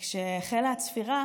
כשהחלה הצפירה